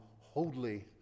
holy